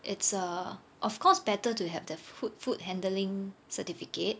it's err of course better to have the food food handling certificate